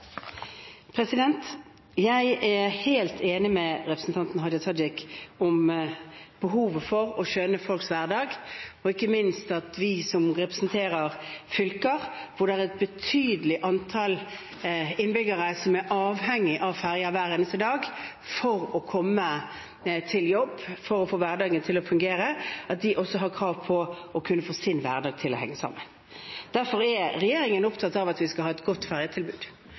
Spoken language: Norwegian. Jeg er helt enig med representanten Hadia Tajik i behovet for å skjønne folks hverdag, og ikke minst at vi som representerer fylker hvor det er et betydelig antall innbyggere som er avhengig av ferger hver eneste dag for å komme seg til jobb, for å få hverdagen til å fungere, skjønner at de også har krav på å kunne få sin hverdag til å henge sammen. Derfor er regjeringen opptatt av at vi skal ha et godt